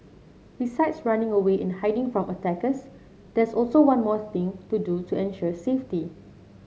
besides running away and hiding from attackers there's also one more thing to do to ensure safety